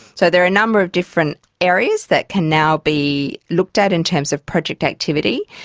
so there are a number of different areas that can now be looked at in terms of project activity.